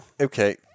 Okay